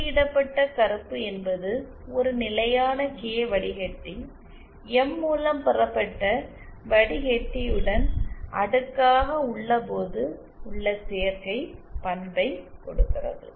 புள்ளியிடப்பட்ட கருப்பு என்பது ஒரு நிலையான கே வடிகட்டி எம் மூலம் பெறப்பட்ட வடிகட்டியுடன் அடுக்காக உள்ளபோது உள்ள சேர்க்கை பண்பை கொடுக்கிறது